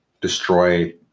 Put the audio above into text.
destroy